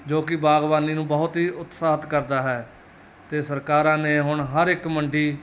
ਜੋ ਕਿ ਬਾਗਬਾਨੀ ਨੂੰ ਬਹੁਤ ਹੀ ਉਤਸ਼ਾਹਿਤ ਕਰਦਾ ਹੈ ਅਤੇ ਸਰਕਾਰਾਂ ਨੇ ਹੁਣ ਹਰ ਇੱਕ ਮੰਡੀ